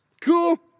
Cool